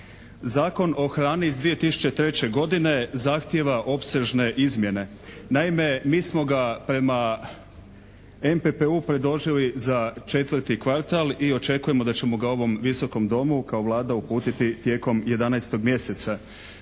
Zakon o hrani iz 2003. godine zahtijeva opsežne izmjene. Naime mi smo ga prema MPP-u predložili za 4. kvartal i očekujemo da ćemo ga ovom Visokom domu kao Vlada uputiti tijekom 11. mjeseca.